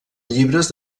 llibres